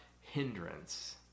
hindrance